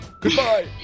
Goodbye